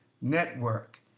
Network